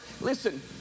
listen